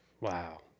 Wow